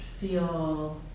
feel